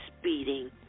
speeding